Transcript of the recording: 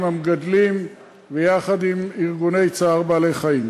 המגדלים ויחד עם ארגוני צער בעלי-חיים.